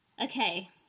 Okay